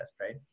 right